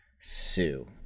sue